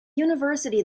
university